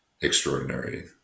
extraordinary